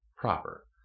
proper